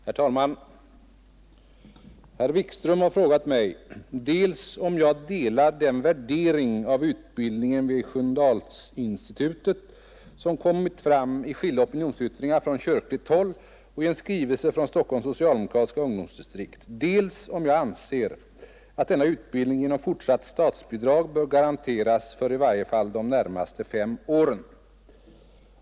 Herr talman! Herr Wikström har frågat mig dels om jag delar den värdering av utbildningen vid Sköndalsinstitutet, som kommit fram i skilda opinionsyttringar från kyrkligt håll och i en skrivelse från Stockholms socialdemokratiska ungdomsdistrikt, dels om jag anser att denna utbildning genom fortsatt statsbidrag bör garanteras för i varje fall de närmaste fem åren.